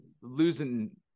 losing